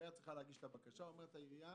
אומרת העירייה: